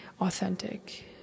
authentic